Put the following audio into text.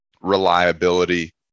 reliability